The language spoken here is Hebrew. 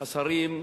השרים,